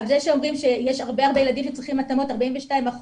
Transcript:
זה שאומרים שיש הרבה ילדים וצריכים התאמות 42%,